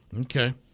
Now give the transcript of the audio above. Okay